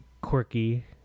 quirky